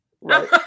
Right